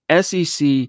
SEC